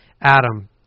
Adam